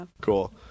cool